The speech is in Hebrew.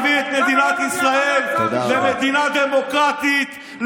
תודה רבה לחבר הכנסת דודי אמסלם.